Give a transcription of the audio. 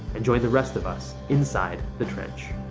and join the rest of us inside the trench.